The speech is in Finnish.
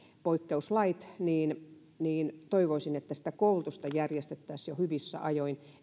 poikkeuslait niin niin sitä koulutusta järjestettäisiin jo hyvissä ajoin